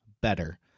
better